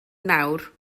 nawr